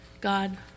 God